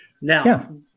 Now